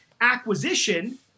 acquisition